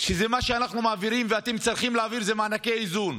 שמה שאנחנו מעבירים ואתם צריכים להעביר זה מענקי איזון,